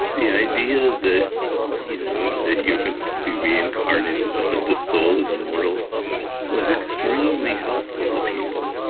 the idea that you know that you're going to be reincarnated, that the soul is immortal was extremely helpful to people.